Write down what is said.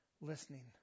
listening